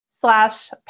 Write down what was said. slash